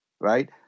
Right